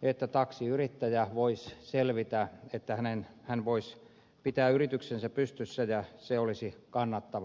se että taksiyrittäjä voisi selvitä että hän voisi pitää yrityksensä pystyssä ja se olisi kannattavaa